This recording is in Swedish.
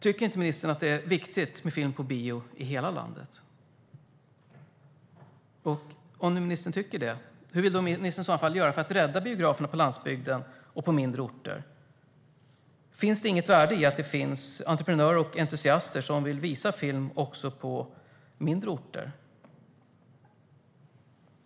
Tycker inte ministern att det är viktigt med film på bio i hela landet? Om nu ministern tycker det - hur vill ministern i så fall göra för att rädda biograferna på landsbygden och på mindre orter? Ligger det inget värde i att det finns entreprenörer och entusiaster som vill visa film också på mindre orter?